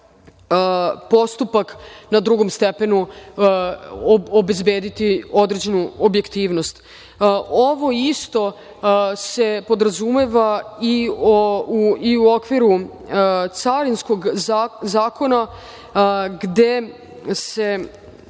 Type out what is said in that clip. postupak na drugom stepenu obezbediti određenu objektivnost. Ovo isto se podrazumeva i u okviru Carinskog zakona gde je